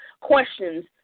questions